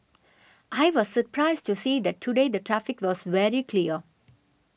I was surprised to see that today the traffic was very clear